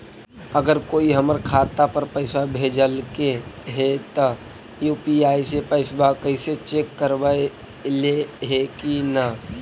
अगर कोइ हमर खाता पर पैसा भेजलके हे त यु.पी.आई से पैसबा कैसे चेक करबइ ऐले हे कि न?